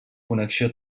connexió